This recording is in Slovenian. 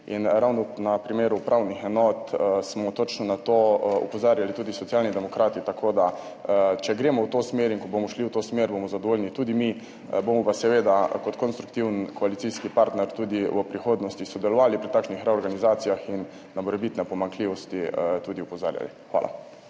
in ravno na primeru upravnih enot smo točno na to opozarjali tudi Socialni demokrati. Če gremo v to smer in ko bomo šli v to smer, bomo zadovoljni tudi mi. Bomo pa seveda kot konstruktiven koalicijski partner tudi v prihodnosti sodelovali pri takšnih reorganizacijah in na morebitne pomanjkljivosti tudi opozarjali. Hvala.